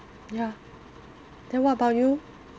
ya then what about you